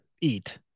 eat